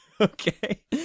okay